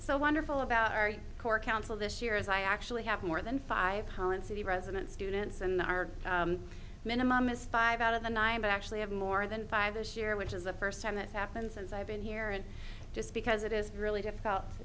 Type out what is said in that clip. so wonderful about our core council this year is i actually have more than five holland city residents students and there are minimum is five out of the nine but actually have more than five this year which is the first time that's happened since i've been here and just because it is really difficult